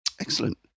Excellent